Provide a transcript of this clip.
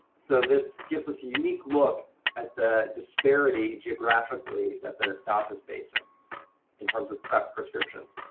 so this gives us a unique look at the disparity geographically that the south is facing in terms of prep prescriptions.